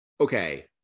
okay